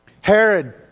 Herod